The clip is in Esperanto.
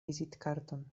vizitkarton